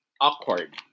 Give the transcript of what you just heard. awkward